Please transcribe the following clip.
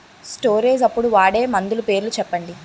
Storage అప్పుడు వాడే మందులు పేర్లు చెప్పండీ?